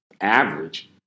average